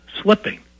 slipping